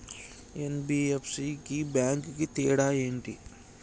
NBFC కి bank కి తేడా ఏంటి?